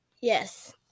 Yes